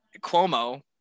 Cuomo